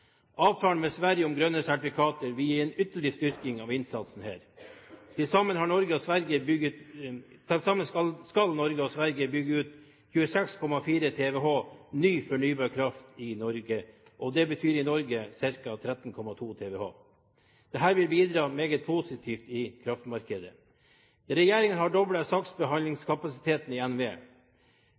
Avtalen med Sverige om grønne sertifikater vil gi en ytterligere styrking av innsatsen her. Til sammen skal Norge og Sverige bygge ut 26,4 TWh ny fornybar kraft i Norge. Det betyr i Norge ca. 13,2 TWh. Dette vil bidra meget positivt i kraftmarkedet. Regjeringen har doblet saksbehandlingskapasiteten i NVE.